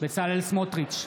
בצלאל סמוטריץ'